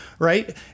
Right